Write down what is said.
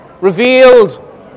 revealed